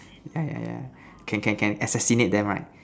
yeah yeah yeah can can assassinate them right